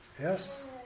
Yes